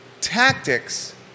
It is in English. tactics